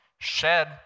shed